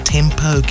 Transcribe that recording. Tempo